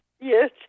Yes